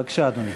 בבקשה, אדוני.